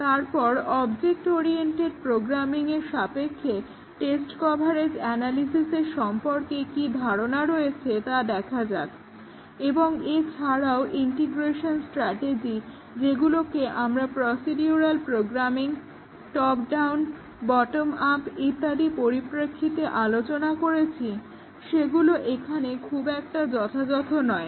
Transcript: তারপর object oriented প্রোগ্রামিংয়ের সাপেক্ষে টেস্ট কভারেজ অ্যানালিসিসের সম্পর্কে কী ধারণা রয়েছে তা দেখা যাক এবং এছাড়াও ইন্টিগ্রেশন স্ট্রাটেজি যেগুলোকে আমরা procedural programming top down bottom up ইত্যাদিr পরিপ্রেক্ষিতে আলোচনা করেছি সেগুলো এখানে খুব একটা যথাযথ নয়